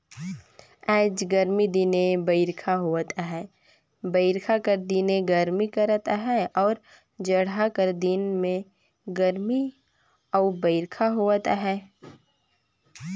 आएज गरमी दिने बरिखा होवत अहे बरिखा कर दिने गरमी करत अहे अउ जड़हा कर दिने गरमी अउ बरिखा होवत अहे